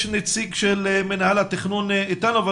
יש נציג של מנהל התכנון איתנו,